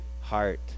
heart